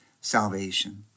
salvation